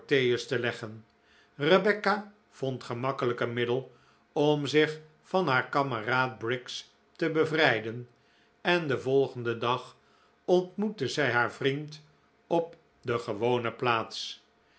porteus te leggen rebecca vond gemakkelijk een middel om zich van haar kameraad briggs te bevrijden en den volgenden dag ontmoette zij haar vriend op de gewone plaats